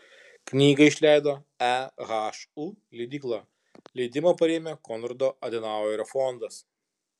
knygą išleido ehu leidykla leidimą parėmė konrado adenauerio fondas